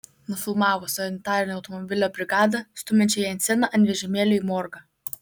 nufilmavo sanitarinio automobilio brigadą stumiančią jenseną ant vežimėlio į morgą